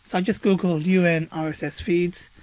so just googled un ah rss feeds,